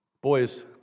Boys